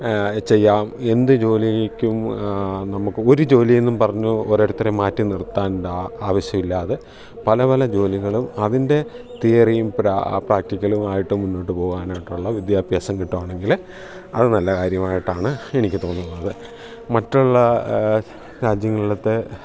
ചെയ്യാം എന്ത് ജോലിക്കും നമുക്ക് ഒരു ജോലി എന്നും പറഞ്ഞു ഓരോരുത്തരെ മാറ്റി നിർത്തേണ്ട ആവശ്യം ഇല്ലാതെ പല പല ജോലികളും അതിൻ്റെ തിയറിയും പ്രാക്ടിക്കലുമായിട്ട് മുന്നോട്ട് പോകാനായിട്ടുള്ള വിദ്യാഭ്യാസം കിട്ടുകയാണെങ്കിൽ അത് നല്ല കാര്യമായിട്ടാണ് എനിക്ക് തോന്നുന്നത് മറ്റുള്ള രാജ്യങ്ങളിലത്തെ